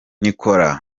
niccolo